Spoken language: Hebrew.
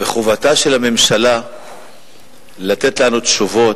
וחובתה של הממשלה לתת לנו תשובות,